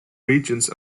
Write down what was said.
regions